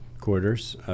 quarters